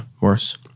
worse